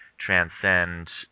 transcend